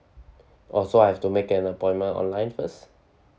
oh so I have to make an appointment online first